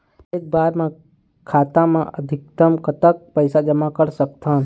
एक बार मा खाता मा अधिकतम कतक पैसा जमा कर सकथन?